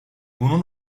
bunun